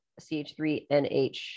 CH3NH